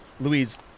Louise